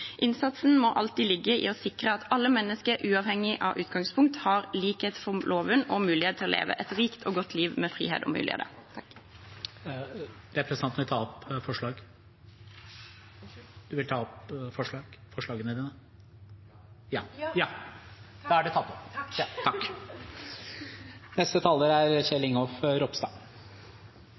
Innsatsen må alltid ligge i å sikre at alle mennesker, uavhengig av utgangspunkt, har likhet for loven og mulighet til å leve et rikt og godt liv med frihet og muligheter. Vil representanten ta opp forslag? Ja. Da har representanten Ingvild Wetrhus Thorsvik tatt opp det forslaget hun refererte til. I dag kunne jeg tatt opp